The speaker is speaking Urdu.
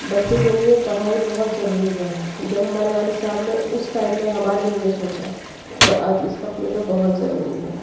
بچّوں کے نیے پڑھائی بہت ضروری ہے جب ہمارے والد صاحب نے اس ٹائم میں ہمارے لئیں سوچا تو آج اس وقت میں تو بہت ضروری ہے